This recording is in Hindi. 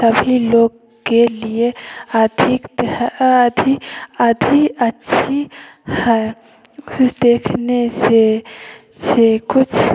सभी लोग के लिए अधिक अधी अधी अच्छी है देखने से से कुछ